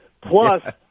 Plus